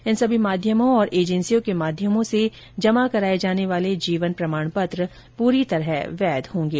इन सभी माध्यमों और एजेंसियों के माध्यम से जमा कराए जाने वाले जीवन प्रमाणपत्र पूरी तरह वैध होंगे